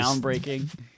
Groundbreaking